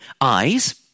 eyes